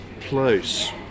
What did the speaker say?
place